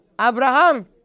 Abraham